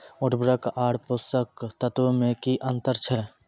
उर्वरक आर पोसक तत्व मे की अन्तर छै?